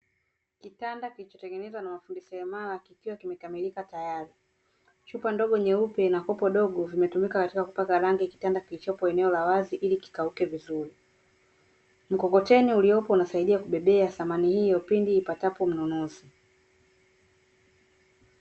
Kitanda kilichotengenezwa na mafundi seremala kikiwa kimekamilika tayari. Chupa ndogo nyeupe na kopo dogo, vimetumika katika kupaka rangi kitanda kilichopo eneo la wazi ili kikauke vizuri. Mkokoteni uliopo unatumika kubebea samani hiyo, pindi ipatapo mnunuzi.